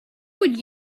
would